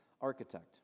architect